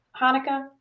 Hanukkah